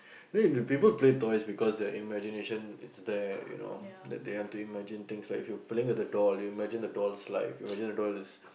then when the people play toys because their imagination is there you know that they have to imagine things like if you playing with the doll you imagine the doll's alive you imagine the doll is